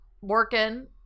working